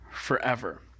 forever